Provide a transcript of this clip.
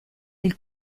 del